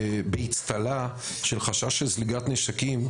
באצטלה של חשש של זליגת נשקים.